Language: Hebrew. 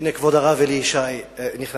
הנה כבוד הרב אלי ישי נכנס.